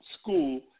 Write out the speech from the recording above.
school